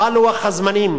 מה לוח הזמנים